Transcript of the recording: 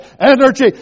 energy